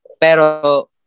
Pero